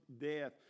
death